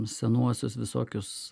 senuosius visokius